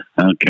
Okay